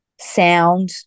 Sound